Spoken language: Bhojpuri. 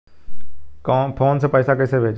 फोन से पैसा कैसे भेजी?